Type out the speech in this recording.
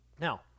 now